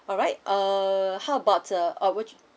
alright err how about or would